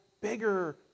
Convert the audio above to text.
bigger